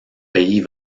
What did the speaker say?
pays